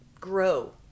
grow